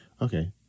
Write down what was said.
Okay